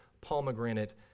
pomegranate